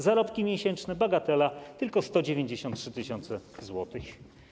Zarobki miesięczne, bagatela, tylko 193 tys. zł.